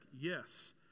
Yes